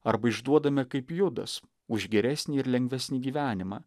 arba išduodame kaip judas už geresnį ir lengvesnį gyvenimą